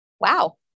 Wow